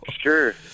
Sure